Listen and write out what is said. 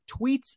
tweets